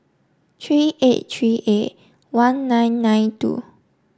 three eight three eight one nine nine two